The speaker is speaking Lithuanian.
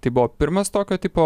tai buvo pirmas tokio tipo